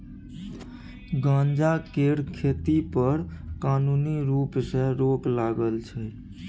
गांजा केर खेती पर कानुनी रुप सँ रोक लागल छै